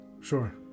Sure